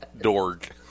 Dorg